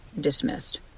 dismissed